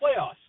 playoffs